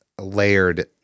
layered